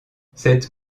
cette